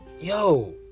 yo